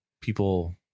people